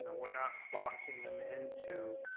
we're not boxing em into